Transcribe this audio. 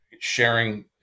sharing